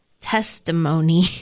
testimony